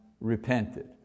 repented